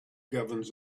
governs